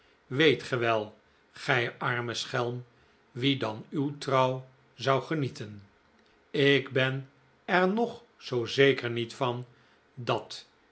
weet ge wel gij arme schelm wie dan uw trouw zou genieten en ik ben er nog zoo zeker niet van dat